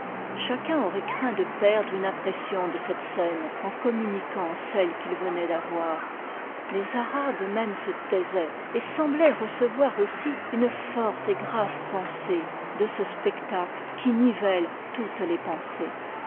chacun aurait craint de perdre une impression de cette scène en communiquant celle qu'il venait d'avoir les arabes même se taisaient et semblaient recevoir aussi une forte et grave pensée de ce spectacle qui nivelle toutes les pensées